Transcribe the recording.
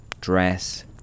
dress